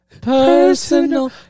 Personal